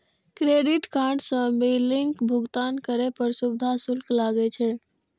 credit card सं बिलक भुगतान करै पर सुविधा शुल्क लागै छै